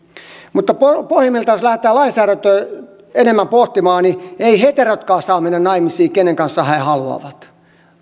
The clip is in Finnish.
mutta pohjimmiltaan jos lähdetään lainsäädäntöä enemmän pohtimaan eivät heterotkaan saa mennä naimisiin kenen kanssa he haluavat